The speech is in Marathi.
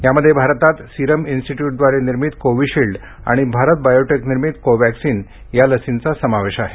यामध्ये भारतात सीरम इन्स्टिट्युटद्वारे निर्मित कोविशिल्ड आणि भारत बायेटक निर्मित कोवॅक्सन या लसींचा समावेश आहे